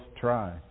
try